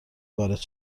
وارد